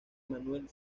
manuel